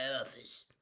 office